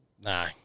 Nah